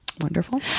Wonderful